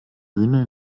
bühne